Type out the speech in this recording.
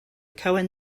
cohen